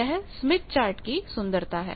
यह Smith chart की सुंदरता है